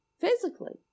physically